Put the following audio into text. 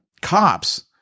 cops